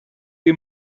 you